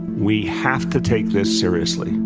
we have to take this seriously.